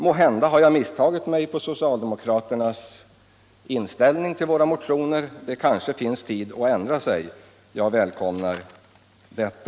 Måhända har jag misstagit mig på socialdemokraternas inställning till våra motioner. De kanske ännu hinner ändra sig. Jag välkomnar det.